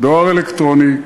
דואר אלקטרוני,